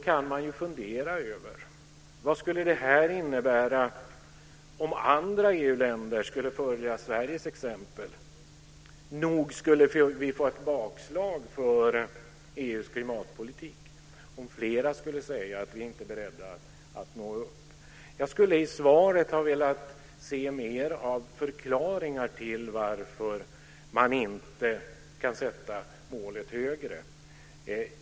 Man kan fundera över vad det skulle innebära om andra EU-länder skulle följa Sveriges exempel. Nog skulle vi få ett bakslag för EU:s klimatpolitik om flera skulle säga att de inte var beredda att nå målen. Jag skulle i svaret ha velat se mer av förklaringar till varför man inte kan sätta målet högre.